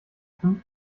fünf